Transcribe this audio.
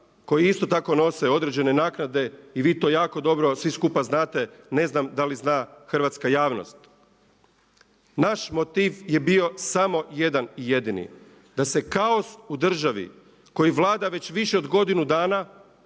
koji isto tako nose određene naknade i vi to jako dobro svi skupa znate, ne znam da li zna hrvatska javnost. Naš motiv je bio samo jedan jedini da se kaos u državi koji vlada već više od godinu dana